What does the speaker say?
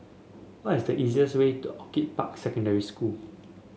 what is the easiest way to Orchid Park Secondary School